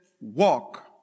walk